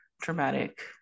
dramatic